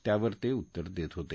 त्यावर ते उत्तर देत होते